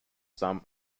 some